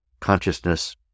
Consciousness